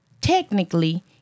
technically